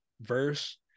verse